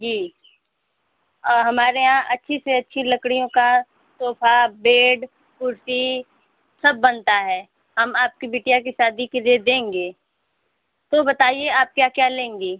जी हमारे यहाँ अच्छी से अच्छी लकड़ियों का सोफा बेड कुर्सी सब बनता है हम आपकी बिटिया की शादी के लिए देंगे तो बताइए आप क्या क्या लेंगी